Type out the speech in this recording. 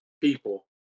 people